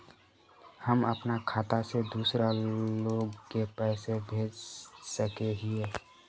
हम अपना खाता से दूसरा लोग के पैसा भेज सके हिये?